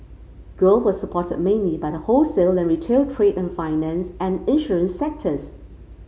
growth was supported mainly by the wholesale and retail trade and finance and insurance sectors